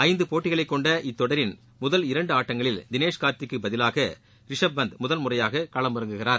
ஐந்து போட்டிகளைக் கொண்ட இந்த தொடரின் முதல் இரண்டு ஆட்டங்களில் தினேஷ் கார்த்திக்கு பதிலாக ரிஷப் பந்த் முதல் முறையாக களமிறங்குகிறார்